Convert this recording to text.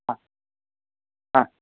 हा हा